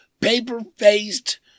paper-faced